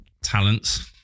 Talents